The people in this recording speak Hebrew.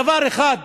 דבר אחד,